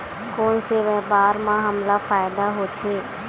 कोन से व्यापार म हमला फ़ायदा होथे?